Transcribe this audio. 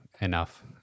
enough